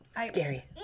Scary